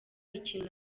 ikintu